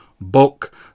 book